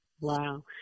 Wow